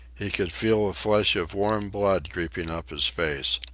he could feel a flush of warm blood creeping up his face.